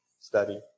study